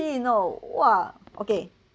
you know !wah! okay